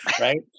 Right